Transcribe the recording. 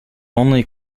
only